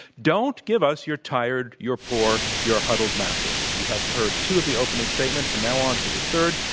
don't give us your tired, your poor, your huddled masses. you have heard two of the opening statements, and now on to the third.